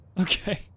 Okay